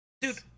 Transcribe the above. Dude